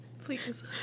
Please